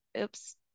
Oops